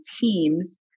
teams